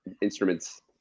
instruments